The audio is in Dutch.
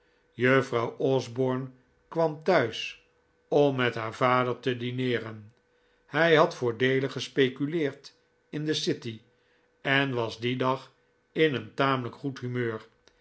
juffrouw osborne kwam thuis om met haar vader te dineeren hij had voordeelig gespeculeerd in de city en was dien dag in een tamelijk goed humeur